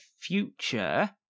future